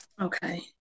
Okay